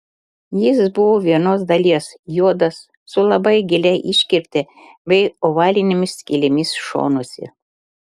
jis buvo vienos dalies juodas su labai gilia iškirpte bei ovalinėmis skylėmis šonuose